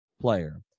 player